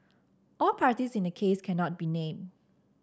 all parties in the case cannot be named